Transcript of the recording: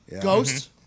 Ghost